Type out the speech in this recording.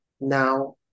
now